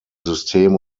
system